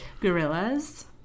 Gorillas